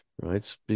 right